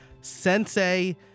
Sensei